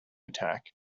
attack